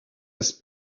jest